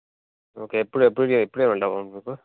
okay ఎప్పుడు ఎప్పుడు చేయ ఎప్పుడు చేయమంటావు మ్యామ్ మీకు